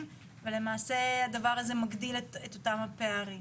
ולמעשה הדבר הזה מגדיל את אותם הפערים.